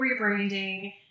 rebranding